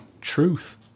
truth